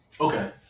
okay